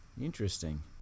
interesting